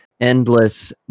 endless